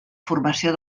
formació